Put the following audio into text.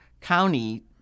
County